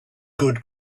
good